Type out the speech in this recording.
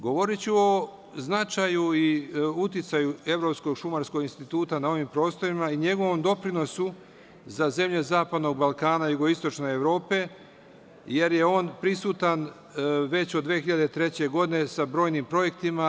Govoriću o značaju i uticaju Evropskog šumarskog instituta na ovim prostorima i njegovom doprinosu za zemlje zapadnog Balkana i jugoistočne Evrope, jer je on prisutan već od 2003. godine, sa brojnim projektima.